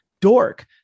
dork